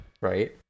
Right